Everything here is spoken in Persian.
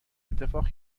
اتفاق